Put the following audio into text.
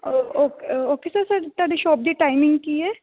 ਓ ਉ okay sir sir ਤੁਹਾਡੀ shop ਦੀ ਟਾਈਮਿੰਗ ਕੀ ਹੈ